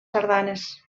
sardanes